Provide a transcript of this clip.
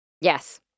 yes